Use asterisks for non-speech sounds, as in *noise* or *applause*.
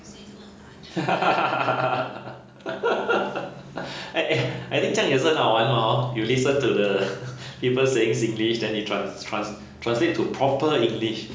*laughs* eh eh I think 这样也是很好玩 mah hor you listen to the *laughs* people saying singlish then you trans~ trans~ translate to proper english